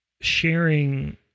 sharing